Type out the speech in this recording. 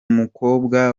mukobwa